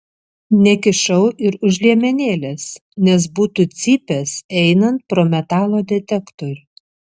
nekišau ir už liemenėlės nes būtų cypęs einant pro metalo detektorių